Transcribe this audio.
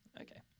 okay